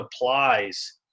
applies